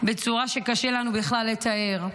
בצורה שקשה לנו בכלל לתאר.